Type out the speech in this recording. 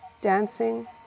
dancing